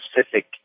specific